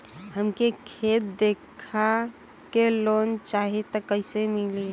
हमके खेत देखा के लोन चाहीत कईसे मिली?